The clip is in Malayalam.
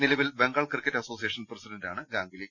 നിലവിൽ ബംഗാൾ ക്രിക്കറ്റ് അസോസിയേഷൻ പ്രസിഡന്റാണ് ഗാംഗുലി